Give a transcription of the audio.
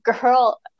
girl